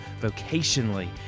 vocationally